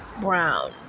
Brown